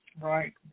Right